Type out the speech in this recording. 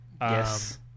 yes